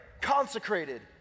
consecrated